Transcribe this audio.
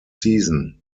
season